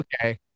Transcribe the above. Okay